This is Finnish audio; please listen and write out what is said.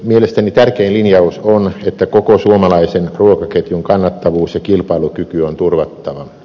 mielestäni tärkein linjaus on että koko suomalaisen ruokaketjun kannattavuus ja kilpailukyky on turvattava